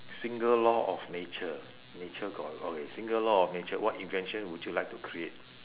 single law of nature nature got a lot eh single law of nature what invention would you like to create